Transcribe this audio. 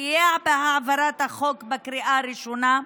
סייע בהעברת החוק בקריאה ראשונה,